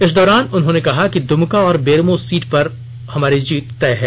इस दौरान उन्होंने कहा कि दुमका और बेरमो सीट पर हमारी जीत तय है